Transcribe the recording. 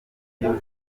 y’uko